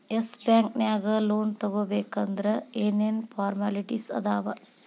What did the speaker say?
S bank ನ್ಯಾಗ್ loan ತಗೊಬೇಕಂದ್ರ ಏನೇನ್ ಫಾರ್ಮ್ಯಾಲಿಟಿಸ್ ಅದಾವ?